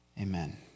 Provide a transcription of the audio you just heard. Amen